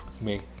make